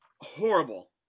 horrible